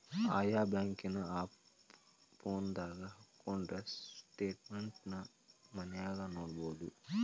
ಆಯಾ ಬ್ಯಾಂಕಿನ್ ಆಪ್ ಫೋನದಾಗ ಹಕ್ಕೊಂಡ್ರ ಸ್ಟೆಟ್ಮೆನ್ಟ್ ನ ಮನ್ಯಾಗ ನೊಡ್ಬೊದು